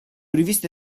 riviste